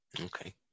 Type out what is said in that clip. Okay